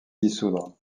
dissoudre